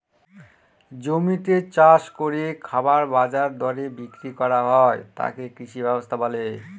জমিতে চাষ করে খাবার বাজার দরে বিক্রি করা হয় তাকে কৃষি ব্যবস্থা বলে